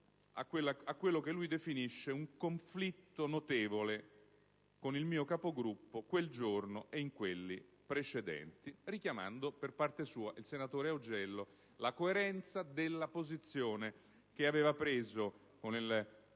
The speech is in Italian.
a quello che lui definisce "un conflitto notevole con il mio Capogruppo, quel giorno e in quelli precedenti", richiamando per parte sua - il senatore Augello - la coerenza della posizione che aveva assunto con il